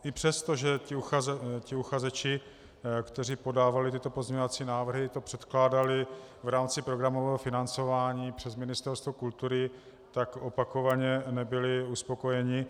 A přestože ti uchazeči, kteří podávali tyto pozměňovací návrhy, to předkládali v rámci programového financování přes Ministerstvo kultury, tak opakovaně nebyli uspokojeni.